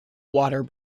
water